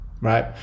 right